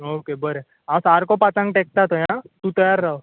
okay बरें हांव सारको पाचांक तेकतां थंय आं तूं तयार राव